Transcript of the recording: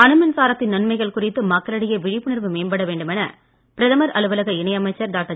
அணுமின்சாரத்தின் நன்மைகள் குறித்து மக்களிடையே விழிப்புணர்வு வேண்டுமென பிரதமர் அலுவலக இணை அமைச்சர் மேம்பட டாக்டர்